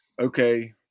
okay